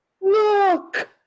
look